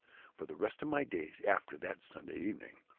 for the rest of my days, after that sunday evening.